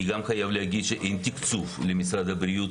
אני גם חייב להגיד שאין תקצוב למשרד הבריאות